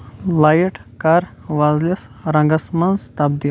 light کر وۄزلِس رنگس منٛز تبدیل